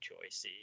choice